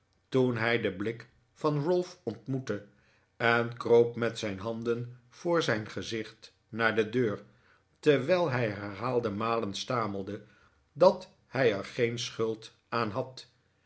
toen hij den blik van ralph ontmoette en kroop met zijn handen voor zijn gezicht naar de deur terwijl hij herhaalde malen stamelde dat hij er geen schuld aan had